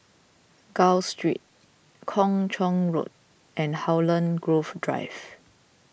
Gul Street Kung Chong Road and Holland Grove Drive